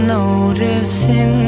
noticing